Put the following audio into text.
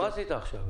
עשית עכשיו?